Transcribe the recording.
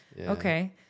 okay